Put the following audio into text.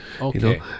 okay